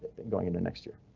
going into next year?